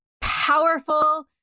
powerful